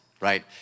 right